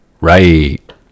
Right